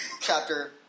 chapter